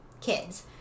kids